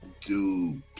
dude